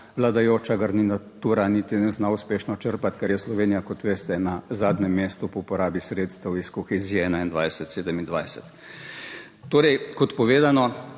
vladajoča garnitura niti ne zna uspešno črpati, ker je Slovenija, kot veste, na zadnjem mestu po porabi sredstev iz kohezije 2021-2027. Torej, kot povedano,